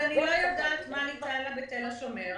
אני לא יודעת מה היה בתל השומר,